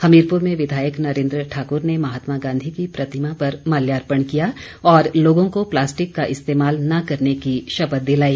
हमीरपुर में विधायक नरेन्द्र ठाकुर ने महात्मा गांधी की प्रतिमा पर माल्यार्पण किया और लोगों को प्लास्टिक का इस्तेमाल न करने की शपथ दिलाई